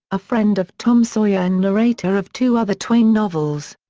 a friend of tom sawyer and narrator of two other twain novels.